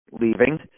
leaving